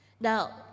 Now